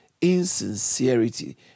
insincerity